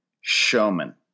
showman